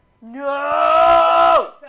No